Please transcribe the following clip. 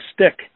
stick